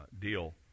deal